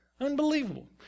Unbelievable